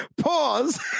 Pause